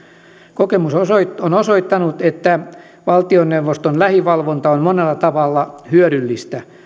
kokemus on osoittanut että valtioneuvoston lähivalvonta on monella tavalla hyödyllistä